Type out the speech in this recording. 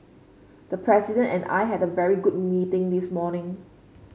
the President and I had a very good meeting this morning